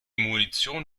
munition